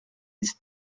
ist